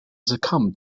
succumb